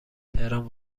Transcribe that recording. تهران